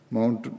Mount